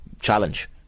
challenge